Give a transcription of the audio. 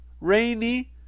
Rainy